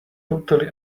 totally